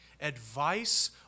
advice